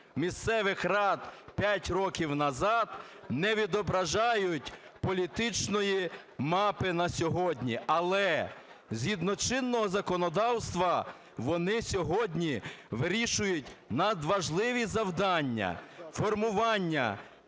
місцевих рад 5 років назад, не відображають політичної мапи на сьогодні, але згідно чинного законодавства вони сьогодні вирішують надважливі завдання: формування